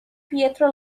pietro